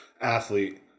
athlete